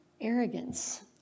arrogance